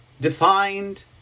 defined